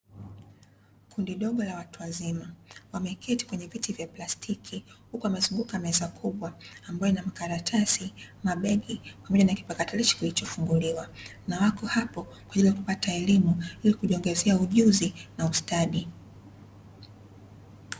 Kundi dogo la watu wazima wameketi kwenye viti vya plastiki huku wamezunguka meza kubwa ambayo ina makaratasi, mabegi pamoja na kipakatalishi kilichofunguliwa. Na wako hapo kwa ajili ya kupata elimu ili kujiongezea ujuzi na ustadi.